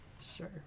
Sure